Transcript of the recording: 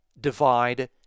divide